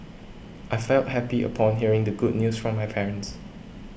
I felt happy upon hearing the good news from my parents